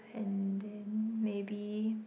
and then maybe